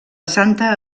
santa